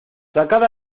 sacad